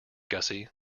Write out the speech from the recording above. gussie